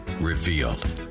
revealed